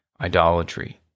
idolatry